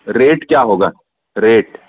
अच्छा रेट क्या होगा रेट